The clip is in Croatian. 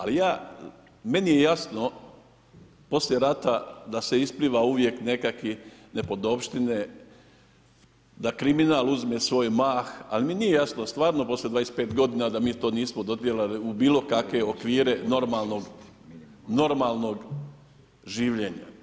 Ali meni je jasno poslije rata da se ispliva nekakve nepodopštine, da kriminal uzme svoj mah, ali mi nije stvarno jasno poslije 25 godina da mi to nismo dotjerali u bilo kakve okvire normalnog življenja.